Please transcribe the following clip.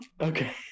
Okay